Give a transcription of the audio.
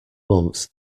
months